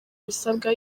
ibisabwa